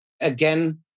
Again